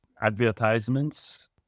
advertisements